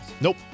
Nope